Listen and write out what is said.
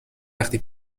وقتی